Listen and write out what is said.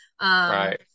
Right